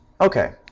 Okay